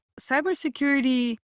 Cybersecurity